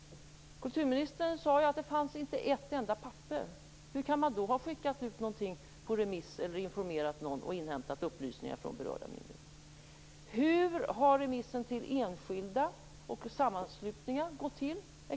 Kulturministern sade att det inte fanns ett enda papper. Hur kan man då ha skickat ut någonting på remiss, informerat någon eller inhämtat upplysningar från berörda myndigheter? Hur har remissen till enskilda och sammanslutningar exakt gått till?